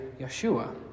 Yeshua